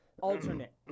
alternate